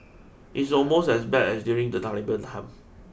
it's almost as bad as during the Taliban time